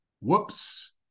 Whoops